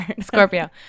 Scorpio